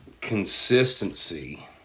consistency